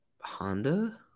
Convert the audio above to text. Honda